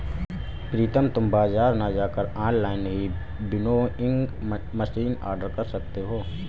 प्रितम तुम बाजार ना जाकर ऑनलाइन ही विनोइंग मशीन ऑर्डर कर सकते हो